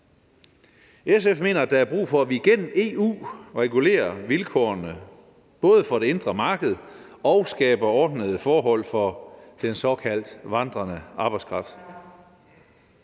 SF mener, at der er brug for, at vi igennem EU regulerer vilkårene for det indre marked og skaber ordnede forhold for den såkaldt vandrende arbejdskraft,